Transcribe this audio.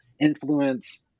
influence